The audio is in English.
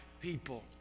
people